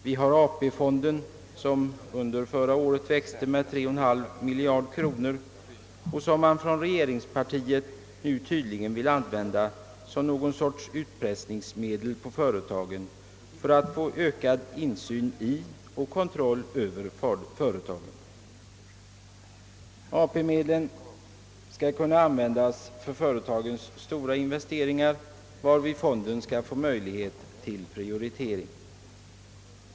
Vi har AP-fonden, som 1966 växte med 3,5 miljarder kronor och som man från regeringspartiet nu tydligen vill använda som någon sorts utpressningsmedel på företagen för att få ökad insyn i och kontroll över dessa. AP-medel skall kunna användas för företagens stora investeringar, varvid fonden skall få möjlighet till prioritering.